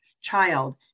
child